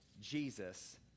Jesus